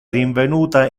rinvenuta